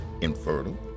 infertile